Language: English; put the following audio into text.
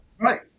Right